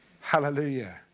Hallelujah